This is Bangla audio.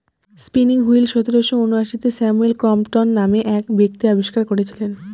স্পিনিং হুইল সতেরোশো ঊনআশিতে স্যামুয়েল ক্রম্পটন নামে এক ব্যক্তি আবিষ্কার করেছিলেন